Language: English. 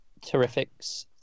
Terrifics